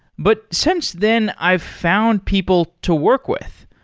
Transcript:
but since then, i've found people to work with,